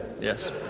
Yes